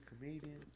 comedian